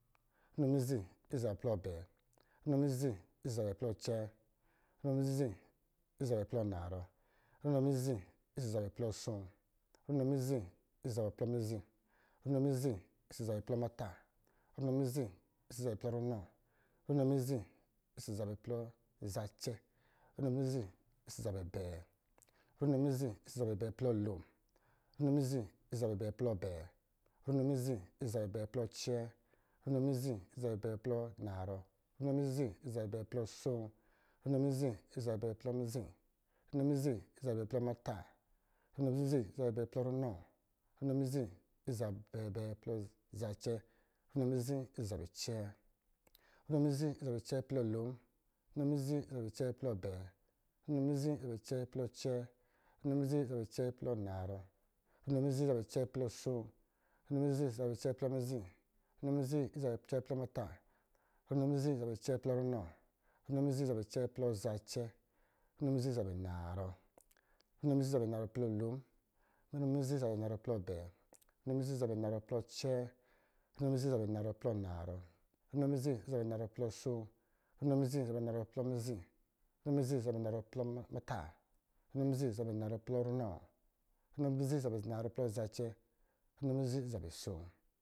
Runo mizi ɔsɔ̄ zabɛ plɔ abɛɛ, runo mizi ɔsɔ̄ zabɛ plɔ acɛɛ, runo mizi ɔsɔ̄ zabɛ plɔ narɔ, runo mizi ɔsɔ̄ zabɛ plɔ asoo, runo mizi ɔsɔ̄ zabɛ plɔ mizi, runo mizi ɔsɔ̄ zabɛ plɔ muta, runo mizi ɔsɔ̄ zabɛ plɔ ranɔ, runo mizi ɔsɔ̄ zabɛ plɔ zacɛ, runo mizi ɔsɔ̄ zabɛ abɛɛ, runo mizi ɔsɔ̄ zabɛ abɛɛ plɔ lon, runo mizi ɔsɔ̄ zabɛ abɛɛ plɔ abɛɛ, runo mizi ɔsɔ̄ zabɛ abɛɛ plɔ acɛɛ, runo mizi ɔsɔ̄ zabɛ abɛɛ plɔ narɔ, runo mizi ɔsɔ̄ zabɛ abɛɛ plɔ asoo, runo mizi ɔsɔ̄ zabɛ abɛɛ plɔ mizi, runo mizi ɔsɔ̄ zabɛ abɛɛ plɔ muta, runo mizi ɔsɔ̄ zabɛ abɛɛ plɔ runɔ, runo mizi ɔsɔ̄ zabɛ abɛɛ plɔ zacɛ, runo mizi ɔsɔ̄ zabɛ acɛɛ, runo mizi ɔsɔ̄ zabɛ acɛɛ plɔ lo, runo mizi ɔsɔ̄ zabɛ acɛɛ plɔ abɛɛ, runo mizi ɔsɔ̄ zabɛ acɛɛ plɔ acɛɛ, runo mizi ɔsɔ̄ zabɛ acɛɛ plɔ narɔ, runo mizi ɔsɔ̄ zabɛ acɛɛ plɔ asoo, runo mizi ɔsɔ̄ zabɛ acɛɛ plɔ mizi, runo mizi ɔsɔ̄ zabɛ acɛɛ plɔ muta, runo mizi ɔsɔ̄ zabɛ acɛɛ plɔ runɔ, runo mizi ɔsɔ̄ zabɛ acɛɛ plɔ zacɛ, runo mizi ɔsɔ̄ zabɛ anarɔ, runo mizi ɔsɔ̄ zabɛ anarɔ plɔ lon, runo mizi ɔsɔ̄ zabɛ anarɔ plɔ abɛɛ, runo mizi ɔsɔ̄ zabɛ anarɔ plɔ acɛɛ, runo mizi ɔsɔ̄ zabɛ anarɔ plɔ narɔ, runo mizi ɔsɔ̄ zabɛ anarɔ plɔ asoo, runo mizi ɔsɔ̄ zabɛ anarɔ plɔ mizi, runo mizi ɔsɔ̄ zabɛ anarɔ plɔ asoo, runo mizi ɔsɔ̄ zabɛ anarɔ plɔ mizi, runo mizi ɔsɔ̄ zabɛ anarɔ plɔ muta, runo mizi ɔsɔ̄ zabɛ anarɔ plɔ runɔ, runo mizi ɔsɔ̄ zabɛ anarɔ plɔ zacɛ, runo mizi ɔsɔ̄ zabɛ asoo